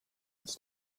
its